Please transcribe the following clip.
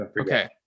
Okay